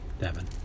Devin